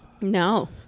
No